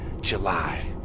july